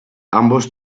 ambos